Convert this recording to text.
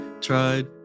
tried